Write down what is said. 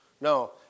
No